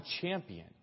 champion